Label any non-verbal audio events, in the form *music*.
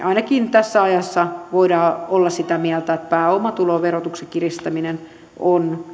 *unintelligible* ainakin tässä ajassa voidaan olla sitä mieltä että pääomatuloverotuksen kiristäminen on